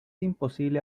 imposible